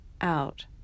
out